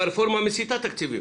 הרפורמה מסיטה תקציבים.